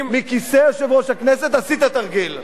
מכיסא יושב-ראש הכנסת עשית תרגיל.